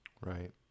Right